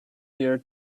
there